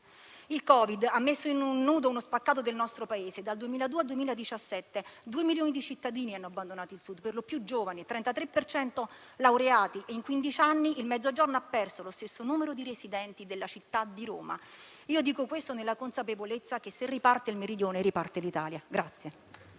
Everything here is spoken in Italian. il Covid ha messo a nudo uno spaccato del nostro Paese; dal 2002 al 2017, due milioni di cittadini hanno abbandonato il Sud, per lo più giovani, il 33 per cento dei quali laureati. In quindici anni, il Mezzogiorno ha perso lo stesso numero di residenti della città di Roma. Dico questo nella consapevolezza che, se riparte il Meridione, riparte l'Italia.